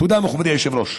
תודה, מכובדי היושב-ראש.